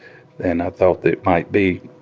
and thought it might be